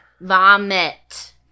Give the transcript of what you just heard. vomit